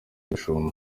gashumba